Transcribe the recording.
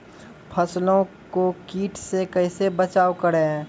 फसलों को कीट से कैसे बचाव करें?